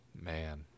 man